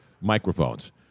microphones